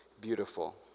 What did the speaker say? beautiful